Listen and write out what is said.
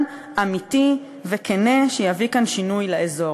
אמיתי וכן שיביא כאן שינוי לאזור.